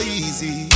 easy